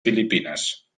filipines